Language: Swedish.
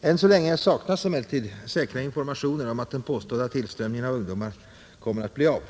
Än så länge saknas emellertid några säkra informationer om att den påstådda tillströmningen av ungdomar kommer att bli av.